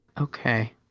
okay